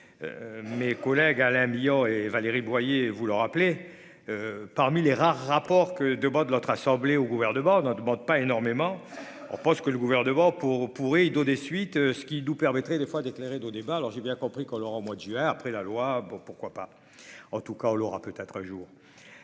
Mes collègues à Alain et Valérie Boyer, vous le rappeler. Parmi les rares rapport que demande l'autre assemblée au gouvernement ne demande pas énormément. On pense que le gouvernement pour pourri Ido des suites. Ce qui nous permettrait des fois d'éclairer nos débats alors j'ai bien compris qu'on l'aura au mois de juin après la loi, bon pourquoi pas, en tout cas on l'aura peut-être un jour